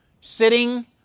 sitting